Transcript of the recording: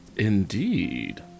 Indeed